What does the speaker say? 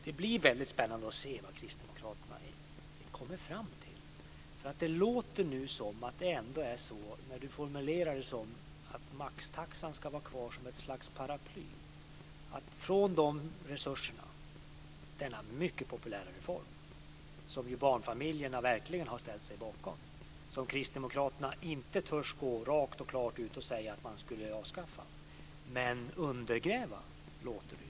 Det blir väldigt spännande att se vad Kristdemokraterna kommer fram till. Det låter ändå på Wälivaaras formulering som om maxtaxan ska vara kvar som ett slags paraply. Denna mycket populära reform, som barnfamiljerna verkligen har ställt sig bakom, törs Kristdemokraterna inte gå rakt och klart ut och säga att man skulle avskaffa, men undergräva låter det som.